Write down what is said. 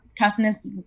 toughness